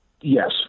yes